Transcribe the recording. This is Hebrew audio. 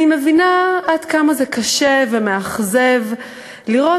אני מבינה עד כמה זה קשה ומאכזב לראות